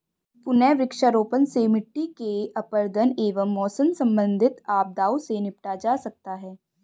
पुनः वृक्षारोपण से मिट्टी के अपरदन एवं मौसम संबंधित आपदाओं से निपटा जा सकता है